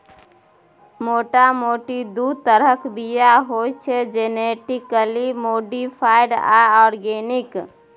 मोटा मोटी दु तरहक बीया होइ छै जेनेटिकली मोडीफाइड आ आर्गेनिक